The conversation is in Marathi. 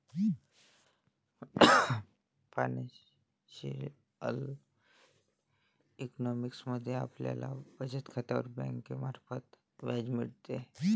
फायनान्शिअल इकॉनॉमिक्स मध्ये आपल्याला बचत खात्यावर बँकेमार्फत व्याज मिळते